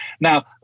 now